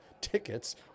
tickets